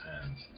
hands